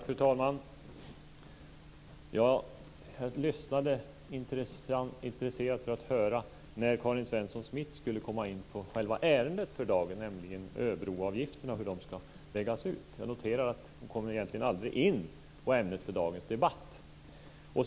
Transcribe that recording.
Fru talman! Jag lyssnade intresserat för att höra när Karin Svensson Smith skulle komma in på själva ärendet för dagen, nämligen Öresundsbroavgifterna och hur de ska läggas ut. Jag noterar att hon egentligen aldrig kommer in på ämnet för dagens debatt.